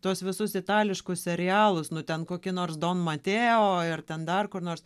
tuos visus itališkus serialus nu ten kokį nors don mateo ir ten dar kur nors